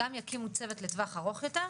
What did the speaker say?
גם יקימו צוות לטווח ארוך יותר.